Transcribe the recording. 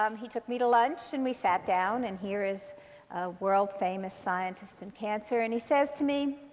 um he took me to lunch. and we sat down. and here is a world famous scientist in cancer. and he says to me,